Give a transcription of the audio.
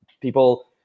people